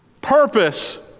purpose